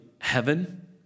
heaven